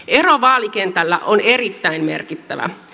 ero vaalikentällä on erittäin merkittävä